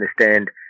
understand